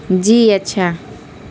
جی اچھا